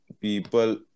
people